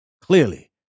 clearly